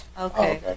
okay